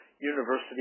University